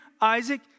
Isaac